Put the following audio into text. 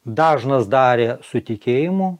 dažnas darė su tikėjimu